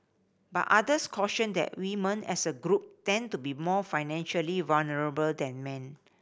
but others cautioned that women as a group tend to be more financially vulnerable than men